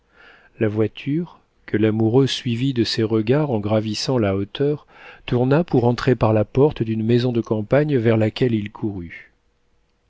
la voiture que l'amoureux suivit de ses regards en gravissant la hauteur tourna pour entrer par la porte d'une maison de campagne vers laquelle il courut